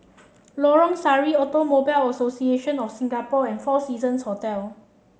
Lorong Sari Automobile Association of Singapore and Four Seasons Hotel